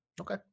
Okay